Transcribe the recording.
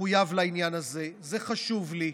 מחויב לעניין הזה, זה חשוב לי.